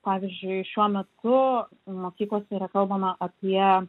pavyzdžiui šiuo metu mokyklose yra kalbama apie